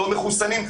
לא מחוסנים.